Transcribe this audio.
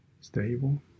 Stable